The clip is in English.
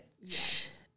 Yes